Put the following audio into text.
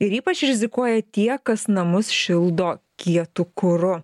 ir ypač rizikuoja tie kas namus šildo kietu kuru